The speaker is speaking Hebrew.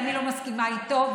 ואני לא מסכימה איתו,